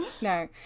No